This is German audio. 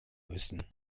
müssen